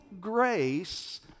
grace